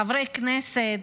חברי כנסת,